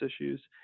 issues